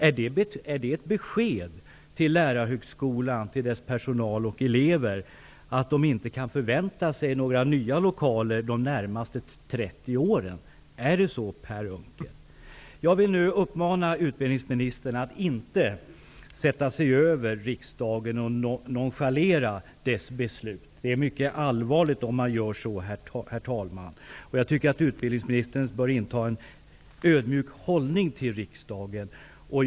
Är det ett besked till Lärarhögskolans personal och elever att de inte kan förvänta sig några nya lokaler de närmaste 30 åren? Är det så, Per Unckel? Jag vill nu uppmana utbildningsministern att inte sätta sig över riksdagen genom att nonchalera dess beslut. Det är, herr talman, mycket allvarligt om man gör så. Jag anser att utbildningsministern bör inta en ödmjuk hållning till riksdagen.